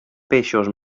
peixos